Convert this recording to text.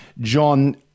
John